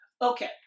Okay